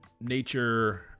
nature